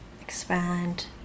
expand